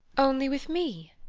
only with me?